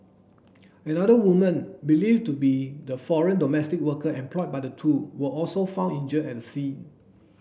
another woman believed to be the foreign domestic worker employed by the two was also found injured at the scene